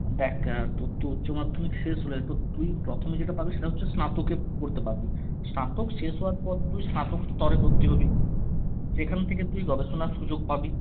দেখ তোর তো উচ্চমাধ্যমিক শেষ হলো একটু তুই প্রথমে যেটা পাবি সেটা হচ্ছে স্নাতকের পড়তে পারবি স্নাতক শেষ হওয়ার পর তুই স্নাতকস্তরে ভর্তি হবি সেখান থেকে তুই গবেষণার সুযোগ পাবি